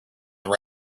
than